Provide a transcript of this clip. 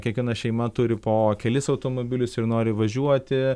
kiekviena šeima turi po kelis automobilius ir nori važiuoti